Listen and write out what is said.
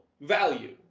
value